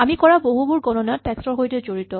আমি কৰা বহুবোৰ গণনা টেক্স্ট ৰ সৈতে জড়িত